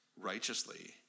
righteously